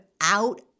out